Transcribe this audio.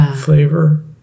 flavor